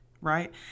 Right